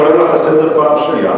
חברת הכנסת זועבי, רק רגע.